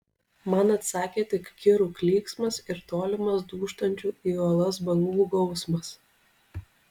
man atsakė tik kirų klyksmas ir tolimas dūžtančių į uolas bangų gausmas